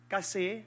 Kasi